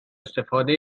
استفاده